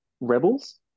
rebels